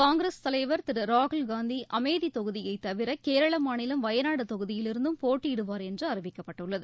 காங்கிரஸ் தலைவர் திரு ராகுல் காந்தி அமேதி தொகுதியைத் தவிர கேரள மாநிலம் வயநாடு தொகுதியிலிருந்தும் போட்டியிடுவார் என்று அறிவிக்கப்பட்டுள்ளது